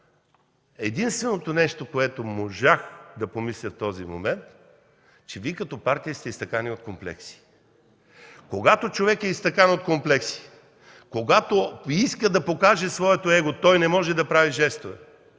единственото нещо, което можах да помисля в този момент, е, че Вие като партия сте изтъкани от комплекси. Когато човек е изтъкан от комплекси, когато иска да покаже своето его, той не може да прави жестове!